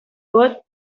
vot